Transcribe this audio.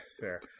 fair